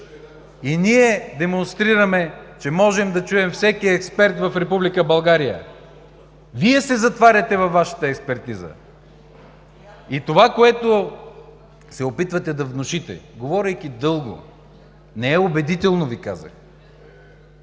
Ние демонстрираме, че можем да чуем всеки експерт в Република България. Вие се затваряте във Вашата експертиза. Това, което се опитвате да внушите, говорейки дълго, не е убедително, Ви казах!